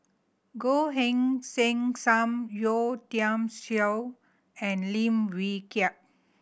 Goh Heng Sin Sam Yeo Tiam Siew and Lim Wee Kiak